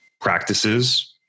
practices